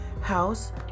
house